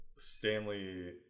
stanley